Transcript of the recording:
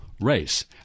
race